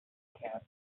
cast